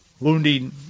wounding